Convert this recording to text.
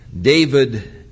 David